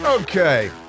Okay